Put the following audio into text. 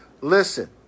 Listen